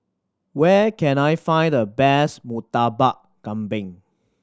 where can I find the best Murtabak Kambing